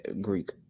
greek